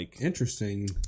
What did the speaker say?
interesting